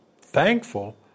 thankful